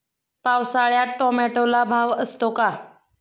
पावसाळ्यात टोमॅटोला भाव असतो का?